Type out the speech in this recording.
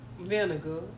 vinegar